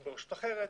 הוא ברשות אחרת,